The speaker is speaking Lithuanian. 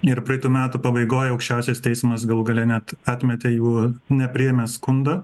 ir praeitų metų pabaigoj aukščiausias teismas galų gale net atmetė jų nepriėmė skundo